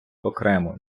окремо